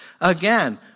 Again